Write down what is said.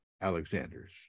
Alexanders